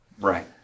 Right